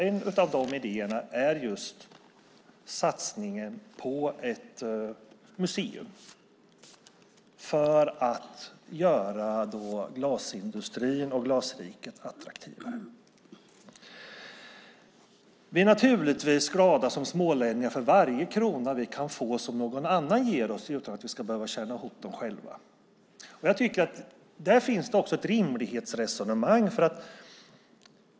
En av de idéerna är just satsningen på ett museum för att göra glasindustrin och Glasriket attraktivare. Vi är naturligtvis som smålänningar glada för varje krona vi kan få som någon annan ger oss utan att vi ska behöva tjäna ihop den själva. Där finns det också ett rimlighetsresonemang.